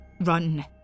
Run